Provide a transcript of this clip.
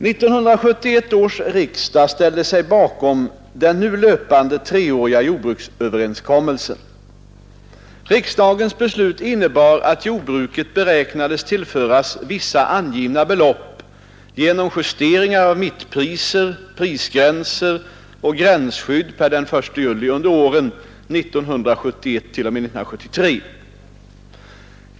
prisgränser och gränsskydd per den 1 juli under åren 1971—1973.